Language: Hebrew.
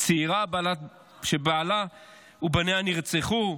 צעירה שבעלה ובניה נרצחו,